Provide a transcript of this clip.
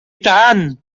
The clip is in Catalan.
tant